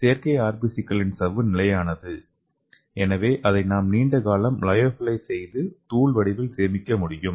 செயற்கை ஆர்பிசிக்களின் சவ்வு நிலையானது எனவே நாம் அதை நீண்ட காலம் லியோபிலிஸ் செய்து தூள் வடிவில் சேமிக்க முடியும்